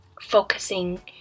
focusing